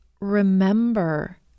remember